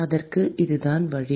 அதற்கும் இதுதான் வழி